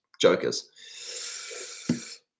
jokers